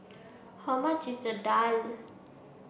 how much is the Daal